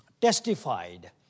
Testified